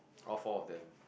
all four of them